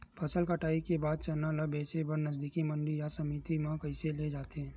फसल कटाई के बाद चना ला बेचे बर नजदीकी मंडी या समिति मा कइसे ले जाथे?